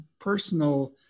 personal